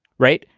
right.